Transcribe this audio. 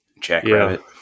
Jackrabbit